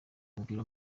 umupira